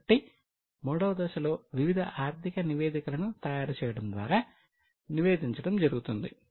కాబట్టి మూడవ దశలో వివిధ ఆర్థిక నివేదికలను తయారు చేయడం ద్వారా నివేదించడం జరుగుతుంది